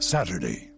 Saturday